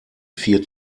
vier